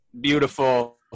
beautiful